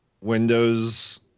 windows